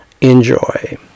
enjoy